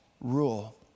rule